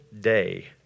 day